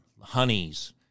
honeys